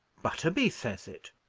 butterby says it.